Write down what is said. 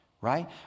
right